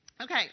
Okay